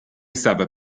stava